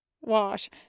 Wash